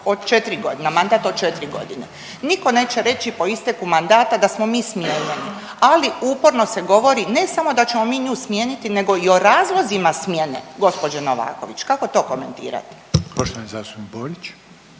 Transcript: od 4 godine, na mandat od 4 godine. Nitko neće reći po isteku mandata da smo mi smijenjeni, ali uporno se govori, ne samo da ćemo mi nju smijeniti nego i o razlozima smjene gđe. Novaković? Kako to komentirate?